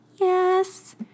Yes